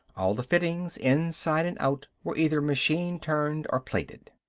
all the fittings, inside and out, were either machine-turned or plated.